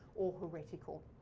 or heretical.